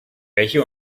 bäche